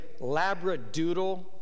Labradoodle